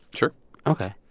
sure ok.